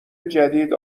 جدید